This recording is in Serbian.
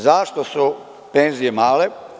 Zašto su penzije male?